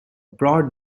broad